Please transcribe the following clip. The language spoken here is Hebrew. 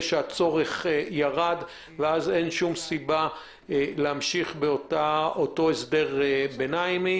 שהצורך ירד ואז אין שום סיבה להמשיך באותו הסדר ביניים.